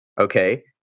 okay